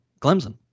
Clemson